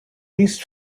least